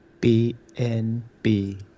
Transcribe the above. BNB